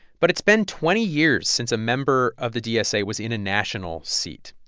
but it's been twenty years since a member of the dsa was in a national seat.